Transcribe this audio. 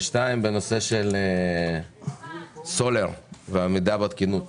ושתיים בנושא של סולר ועמידה בתקינות